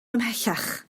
ymhellach